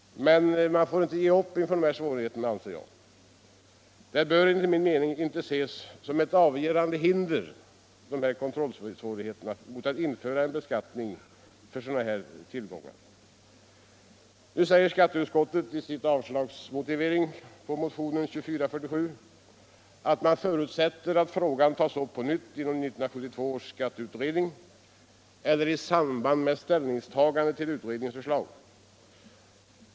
Men vi får inte ge upp inför dessa svårigheter, och de bör enligt min mening inte ses som något avgörande hinder för att införa en beskattning av sådana här tillgångar. Skatteutskottet säger i motiveringen för avslag på motionen 2447 att det förutsätter att frågan tas upp på nytt inom 1972 års skatteutredning eller i samband med ställningstagandet till utredningens förslag.